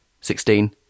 Sixteen